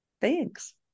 Thanks